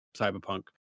Cyberpunk